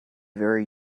very